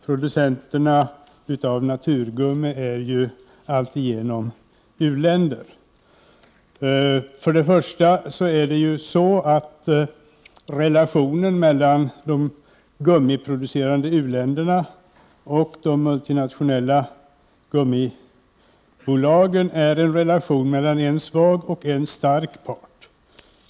Producenterna av naturgummi är ju alltigenom u-länder. Relationen mellan de gummiproducerande u-länderna och de multinationella gummibolagen är en relation mellan en svag och en stark part.